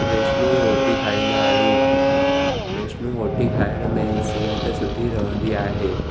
वैश्नो रोटी खाईंदा आहियूं वैश्नो रोटी खाइण में सिहत सुठी रहंदी आहे